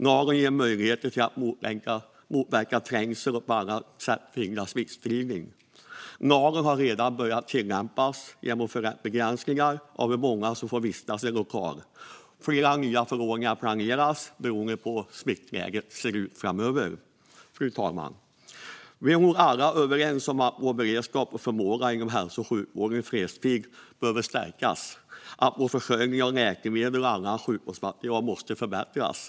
Lagen ger möjligheter att motverka trängsel och på annat sätt förhindra smittspridning. Lagen har redan börjat tillämpas genom begränsningarna av hur många som får vistas i en lokal. Flera nya förordningar planeras beroende på hur smittläget ser ut framöver. Fru talman! Vi är nog alla överens om att vår beredskap och förmåga inom hälso och sjukvården i fredstid behöver stärkas och att vår försörjning av läkemedel och annan sjukvårdsmateriel måste förbättras.